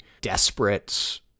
desperate